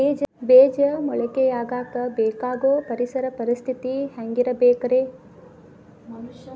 ಬೇಜ ಮೊಳಕೆಯಾಗಕ ಬೇಕಾಗೋ ಪರಿಸರ ಪರಿಸ್ಥಿತಿ ಹ್ಯಾಂಗಿರಬೇಕರೇ?